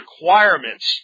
requirements